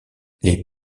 les